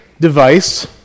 device